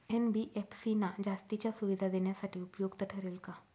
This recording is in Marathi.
एन.बी.एफ.सी ना जास्तीच्या सुविधा देण्यासाठी उपयुक्त ठरेल का?